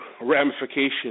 ramifications